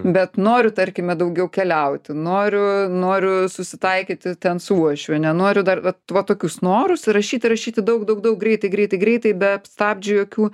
bet noriu tarkime daugiau keliauti noriu noriu susitaikyti ten su uošviene noriu dar vat vat tokius norus rašyti rašyti daug daug daug greitai greitai greitai be stabdžių jokių